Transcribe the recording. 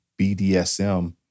BDSM